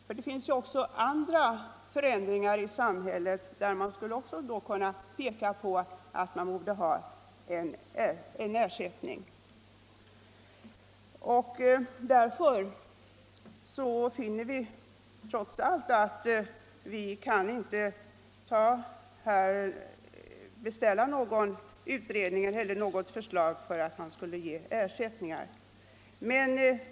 Det sker nämligen också andra förändringar i samhället, och det skulle kunna hävdas att även dessa borde föranleda ersättningar. Därför finner utskottet att vi inte bör beställa något förslag angående ersättningar i dessa fall.